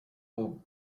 will